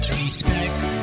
respect